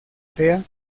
sea